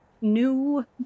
new